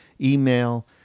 email